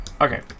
Okay